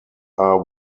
are